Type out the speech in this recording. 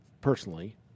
personally